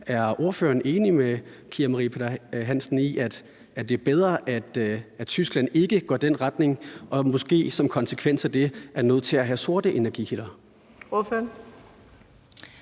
Er ordføreren enig med Kira Marie Peter-Hansen i, at det er bedre, at Tyskland ikke går i den retning og måske som en konsekvens af det er nødt til at have sorte energikilder?